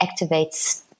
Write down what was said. activates